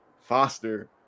Foster